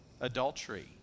adultery